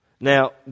Now